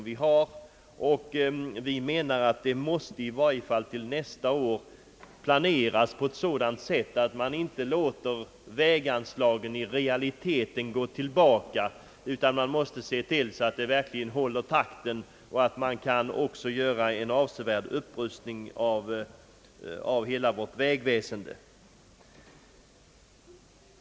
Vi menar att denna sak måste i varje fall till nästa år planeras på ett sådant sätt att man inte låter väganslagen i realiteten gå tillbaka, utan man måste se till att de verkligen håller takten och att man också kan göra en avsevärd upprustning av hela vårt vägväsen.